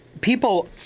People